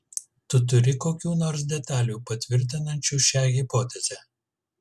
tu turi kokių nors detalių patvirtinančių šią hipotezę